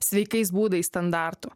sveikais būdais standartų